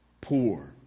poor